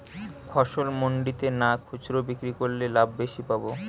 ফসল মন্ডিতে না খুচরা বিক্রি করলে লাভ বেশি পাব?